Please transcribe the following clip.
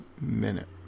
Minute